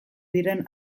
diren